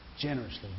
generously